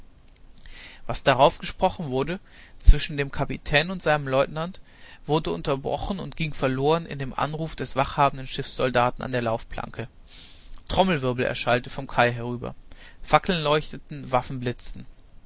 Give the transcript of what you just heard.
was darauf gesprochen wurde zwischen dem kapitän und seinem leutnant wurde unterbrochen und ging verloren in dem anruf des wachhabenden schiffssoldaten an der laufplanke trommelwirbel erschallte vom kai herüber fackeln leuchteten